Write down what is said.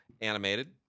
animated